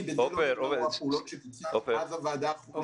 כי בזה לא נגמרו הפעולות שביצענו מאז הוועדה האחרונה.